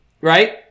right